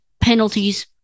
penalties